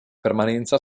permanenza